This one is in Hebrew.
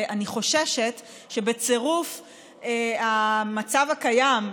ואני חוששת שבצירוף המצב הקיים,